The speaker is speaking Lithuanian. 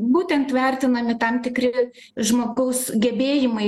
būtent vertinami tam tikri žmogaus gebėjimai